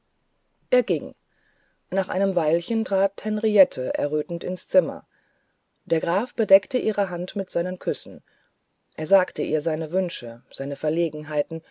er ging nach einem weilchen trat henriette errötend ins zimmer der graf bedeckte ihre hand mit seinen küssen er sagte ihr seine wünsche seine verlegenheiten